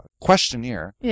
questionnaire